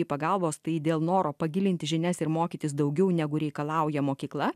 pagalbos tai dėl noro pagilinti žinias ir mokytis daugiau negu reikalauja mokykla